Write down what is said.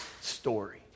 story